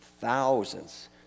thousands